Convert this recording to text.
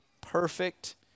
perfect